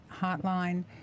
hotline